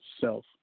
self